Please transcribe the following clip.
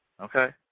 Okay